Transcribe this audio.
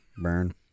Burn